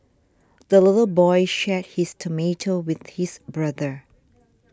the little boy shared his tomato with his brother